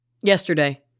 Yesterday